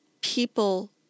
people